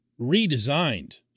redesigned